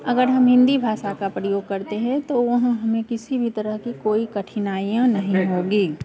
अगर हम हिंदी भाषा का प्रयोग करते हैं तो वहाँ हमें किसी भी तरह की कोई कठिनाइयाँ नहीं होंगी